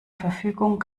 verfügung